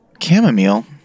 chamomile